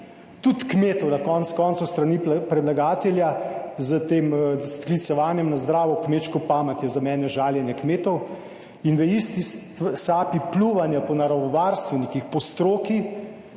tudi kmetov na koncu koncev s strani predlagatelja s tem sklicevanjem na zdravo kmečko pamet je za mene žaljenje kmetov. In v isti sapi pljuvanja po naravovarstvenikih, po stroki